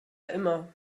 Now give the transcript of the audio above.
immer